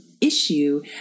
Issue